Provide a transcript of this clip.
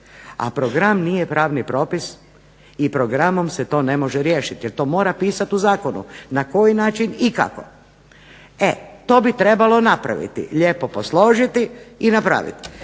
a program nije pravni propis i programom se to ne može riješiti jer to mora pisati u zakonu na koji način i kako. E to bi trebalo napraviti, lijepo posložiti i napraviti.